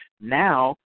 Now